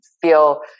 feel